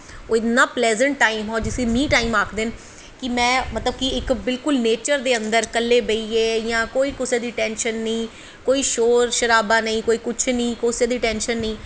ओह् इन्ना pleasant time हा नीं टैम जिस्सी आखदे न कि में मतलब कि बिल्कुल नेचर दे अंदर कल्ले बेहियै इ'यां कोई कुसै दी टैंशन निं कोई शोर सराबा नेईं कोई कुछ नेईं कुसै दी टैंशन निं